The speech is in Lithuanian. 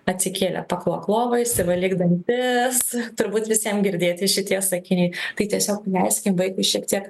atsikėlė paklok lovą išsivalyk dantis turbūt visiem girdėti šitie sakiniai tai tiesiog leiskim vaikui šiek tiek